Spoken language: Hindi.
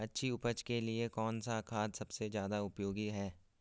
अच्छी उपज के लिए कौन सा खाद सबसे ज़्यादा उपयोगी है?